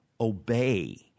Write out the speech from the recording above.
obey